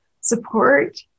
support